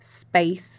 space